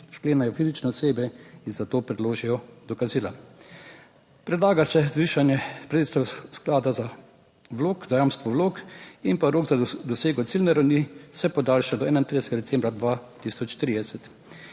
sklenejo fizične osebe in za to predložijo dokazila. Predlaga se zvišanje sredstev sklada za vlog, za jamstvo vlog in pa rok za dosego ciljne ravni se podaljša do 31.